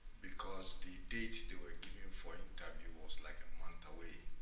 because the date they were give me for interview was like a month away.